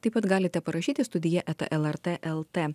taip pat galite parašyti studija eta lrt lt